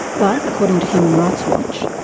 but according to human rights watch,